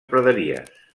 praderies